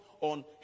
on